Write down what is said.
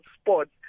sport